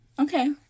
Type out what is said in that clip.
Okay